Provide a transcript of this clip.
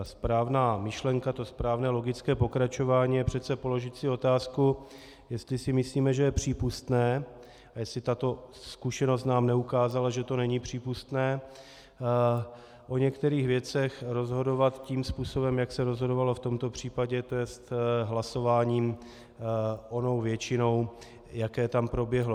Správná myšlenka, správné logické pokračování je přece položit si otázku, jestli si myslíme, že je přípustné, jestli tato zkušenost nám neukázala, že to není přípustné, o některých věcech rozhodovat tím způsobem, jak se rozhodovalo v tomto případě, tj. hlasováním onou většinou, jaké tam proběhlo.